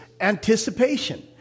anticipation